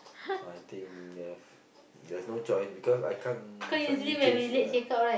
so I think there's there's no choice because I can't suddenly change ya